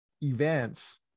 events